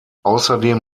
außerdem